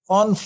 on